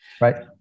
Right